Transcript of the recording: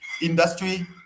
industry